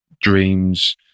dreams